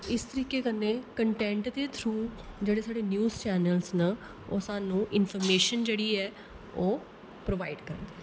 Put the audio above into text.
इस तरीकै कन्नै कंटैंट दे थ्रू जेह्ड़े साढ़े न्यूज चैनल्स न ओह् सानूं इंफर्मेशन जेह्ड़ी ऐ ओह् प्रोबाईड करदे